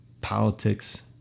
politics